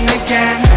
again